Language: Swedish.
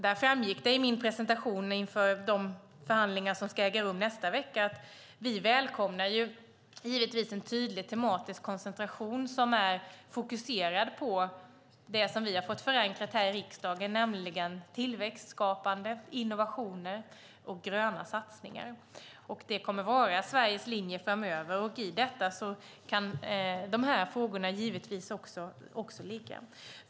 Där framgick det i min presentation inför de förhandlingar som ska äga rum nästa vecka att vi givetvis välkomnar en tydlig tematisk koncentration som är fokuserad på det som vi har fått förankrat här i riksdagen, nämligen tillväxtskapande, innovationer och gröna satsningar. Det kommer att vara Sveriges linje framöver, och i detta kan de här frågorna givetvis också ligga.